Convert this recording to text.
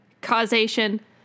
causation